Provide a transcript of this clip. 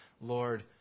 Lord